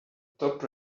top